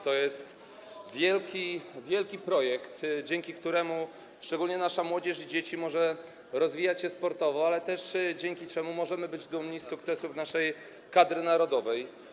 To jest wielki, wielki projekt, dzięki któremu szczególnie nasza młodzież i dzieci mogą rozwijać się sportowo, ale dzięki któremu możemy też być dumni z sukcesów naszej kadry narodowej.